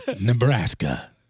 Nebraska